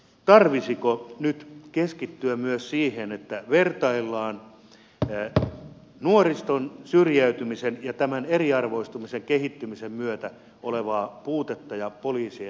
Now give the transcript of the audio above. tarvitsisiko nyt keskittyä myös siihen että vertaillaan nuorison syrjäytymisen ja eriarvoistumisen kehittymisen myötä tulevaa puutetta ja poliisien voimavaroja